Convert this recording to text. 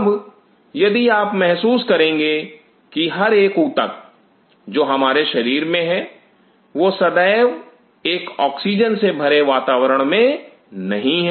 अब यदि आप महसूस करेंगे की हर एक ऊतक जो हमारे शरीर में हैं वह सदैव एक ऑक्सीजन से भरे वातावरण में नहीं हैं